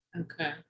Okay